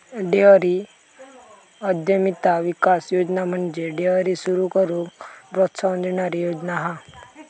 dairy उद्यमिता विकास योजना म्हणजे डेअरी सुरू करूक प्रोत्साहन देणारी योजना हा